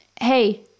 hey